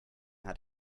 hat